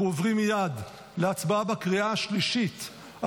אנחנו עוברים מייד להצבעה בקריאה השלישית על